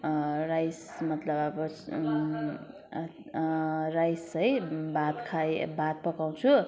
rice मतलब अब rice है भात खाए भात पकाउँछु